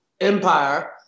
Empire